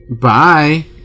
Bye